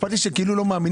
אכפת לי שכאילו לא מאמינים,